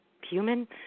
human